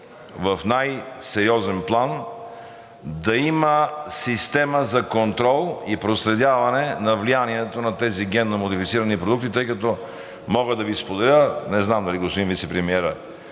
в най сериозен план да има система за контрол и проследяване на влиянието на тези генномодифицирани продукти, тъй като мога да Ви споделя, не знам дали господин Вицепремиерът